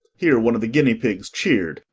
here one of the guinea-pigs cheered,